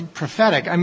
prophetic